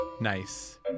Nice